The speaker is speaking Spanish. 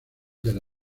del